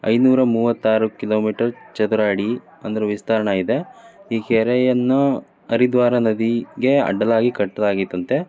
ಐನ್ನೂರ ಮೂವತ್ತಾರು ಕಿಲೋಮೀಟರ್ ಚದರ ಅಡಿ ಅಂದರೆ ವಿಸ್ತೀರ್ಣ ಇದೆ ಈ ಕೆರೆಯನ್ನು ಹರಿದ್ವಾರ ನದಿಗೆ ಅಡ್ಡಲಾಗಿ ಕಟ್ಟಲಾಗಿತ್ತಂತೆ